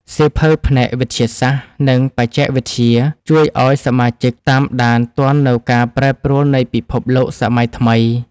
សៀវភៅផ្នែក វិទ្យាសាស្ត្រ និងបច្ចេកវិទ្យា ជួយឱ្យសមាជិកតាមដានទាន់នូវការប្រែប្រួលនៃពិភពលោកសម័យថ្មី។